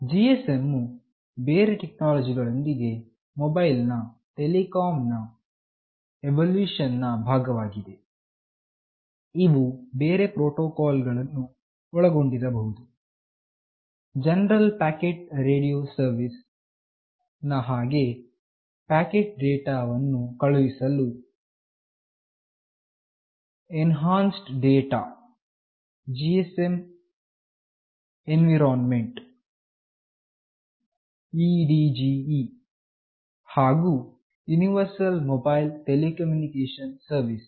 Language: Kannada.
GSM ವು ಬೇರೆ ಟೆಕ್ನಾಲಜಿಗಳೊಂದಿಗೆ ಮೊಬೈಲ್ ನ ಟೆಲಿಕಾಂ ನ ಇವೊಲುಷನ್ ನ ಭಾಗವಾಗಿದೆಇವು ಬೇರೆ ಪ್ರೊಟೊಕಾಲ್ ಅನ್ನು ಒಳಗೊಂಡಿರಬಹುದು General Packet Radio Service ನ ಹಾಗೆ ಪ್ಯಾಕೆಟ್ ಡೇಟಾವನ್ನು ಕಳುಹಿಸಲು ಎನ್ಹಾನ್ಸ್ಡ್ ಡೇಟಾ GSM ಎನ್ವಿರಾನ್ಮೆಂಟಲ್ ಹಾಗು ಯುನಿವರ್ಸಲ್ ಮೊಬೈಲ್ ಟೆಲಿಕಮ್ಯುನಿಕೇಶನ್ ಸರ್ವೀಸ್